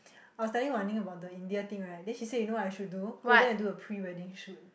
I was telling Wan-Ning about the India thing right then she say you know what I should do go there and do a pre wedding shoot